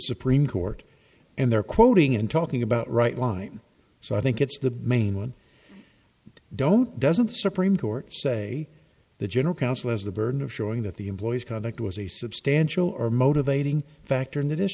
supreme court and they're quoting and talking about right why so i think it's the main one and don't doesn't the supreme court say the general counsel has the burden of showing that the employees conduct was a substantial or motivating factor in th